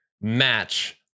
match